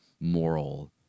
moral